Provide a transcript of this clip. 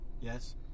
Yes